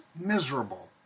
miserable